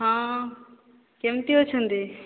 ହଁ କେମିତି ଅଛନ୍ତି